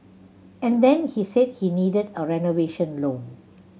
and then he said he needed a renovation loan